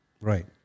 Right